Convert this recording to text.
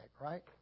right